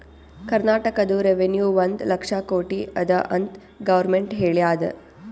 ಕರ್ನಾಟಕದು ರೆವೆನ್ಯೂ ಒಂದ್ ಲಕ್ಷ ಕೋಟಿ ಅದ ಅಂತ್ ಗೊರ್ಮೆಂಟ್ ಹೇಳ್ಯಾದ್